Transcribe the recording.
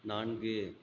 நான்கு